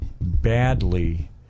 badly